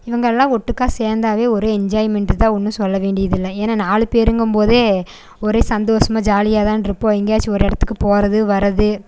இவங்களாம் ஒட்டுக்கா சேர்ந்தாவே ஒரு என்ஜாய்மெண்ட்டு தான் ஒன்றும் சொல்ல வேண்டியதில்லை ஏன்னால் நாலு பேருங்கும்போதே ஒரே சந்தோஷமா ஜாலியாதான்று இருப்போம் எங்கையாச்சும் ஒரு இடத்துக்கு போவது வர்றது